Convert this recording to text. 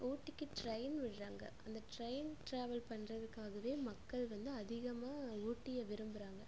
ஊட்டிக்கு ட்ரெயின் விடுறாங்க அந்த ட்ரெயின் ட்ராவல் பண்றதுக்காகவே மக்கள் வந்து அதிகமாக ஊட்டியை விரும்புகிறாங்க